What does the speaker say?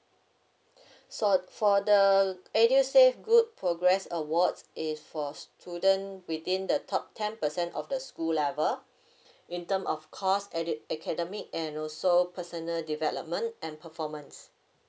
so for the EDUSAVE good progress award is for student within the top ten percent of the school level in term of course edu~ academic and also personal development and performance